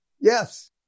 Yes